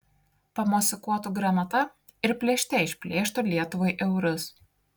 pamosikuotų granata ir plėšte išplėštų lietuvai eurus